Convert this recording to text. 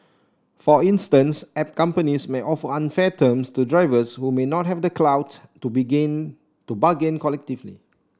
for instance app companies may offer unfair terms to drivers who may not have the clout to begin to bargain collectively